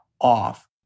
off